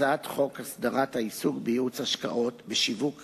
הצעת חוק הסדרת העיסוק בייעוץ השקעות, בשיווק